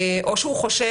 או שהוא חושש,